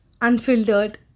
unfiltered